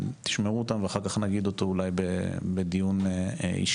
תשמרו אותם ואחר כך נגיד אותם אולי בדיון אישי,